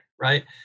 Right